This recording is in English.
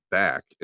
back